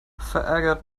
verärgert